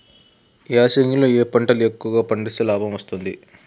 ఈ యాసంగి లో ఏ పంటలు ఎక్కువగా పండిస్తే లాభం వస్తుంది?